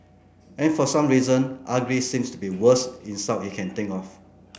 and for some reason ugly seems to be worst insult he can think of